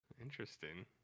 interesting